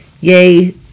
Yay